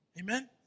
Amen